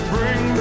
Bring